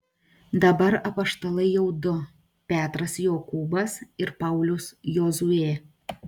dabar apaštalai jau du petras jokūbas ir paulius jozuė